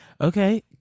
Okay